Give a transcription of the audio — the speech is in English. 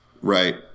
right